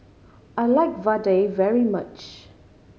I like vadai very much